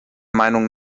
meinung